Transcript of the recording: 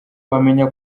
wamenya